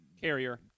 carrier